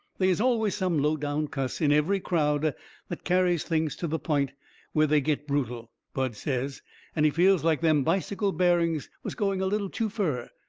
they is always some low-down cuss in every crowd that carries things to the point where they get brutal, bud says and he feels like them bicycle bearings was going a little too fur,